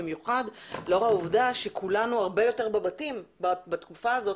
במיוחד לאור העובדה שכולנו הרבה יותר בבתים בתקופה הזאת